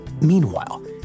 Meanwhile